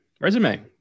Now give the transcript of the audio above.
resume